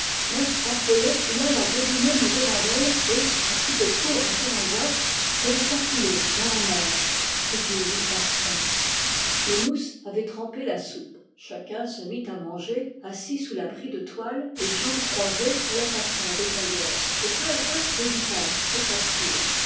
mais affolé il alla de lui-même au-devant d'elle et pour couper court à ses angoisses se laissa couler dans la mer que dieu lui fasse paix le mousse avait trempé la soupe chacun se mit à manger assis sous l'abri de toile les jambes croisées à la façon des tailleurs et peu à peu les visages s'éclaircirent